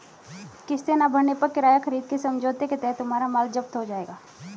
किस्तें ना भरने पर किराया खरीद के समझौते के तहत तुम्हारा माल जप्त हो जाएगा